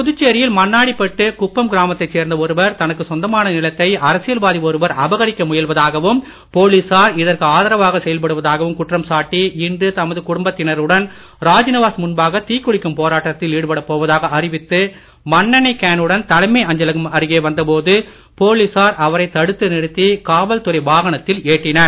புதுச்சேரி மண்ணாடிபட்டு குப்பம் கிராமத்தைச் சேர்ந்த ஒருவர் தனக்கு சொந்தமான நிலத்தை அரசியல்வாதி ஒருவர் அபகரிக்க முயல்வதாகவும் போலீசார் இதற்கு ஆதரவாக செயல்படுவதாகவும் குற்றம் சாட்டி இன்று தமது குடும்பத்தினருடன் ராஜ்நிவாஸ் முன்பாக தீக்குளிக்கும் போராட்டத்தில் ஈடுபடப் போவதாக அறிவித்து மண்ணெண்ணெய் கேனுடன் தலைமை அஞ்சலகம் அருகே வந்த போது போலீசார் அவரை தடுத்து நிறுத்தி காவல் துறை வாகனத்தில் ஏற்றினர்